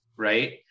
right